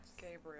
Gabriel